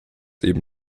eben